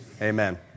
amen